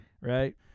Right